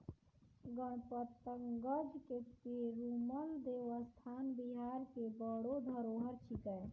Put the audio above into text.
गणपतगंज के पेरूमल देवस्थान बिहार के बड़ो धरोहर छिकै